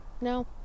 No